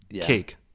Cake